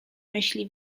myśli